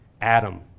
Adam